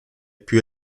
più